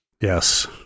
Yes